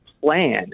plan